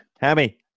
Hammy